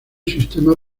sistema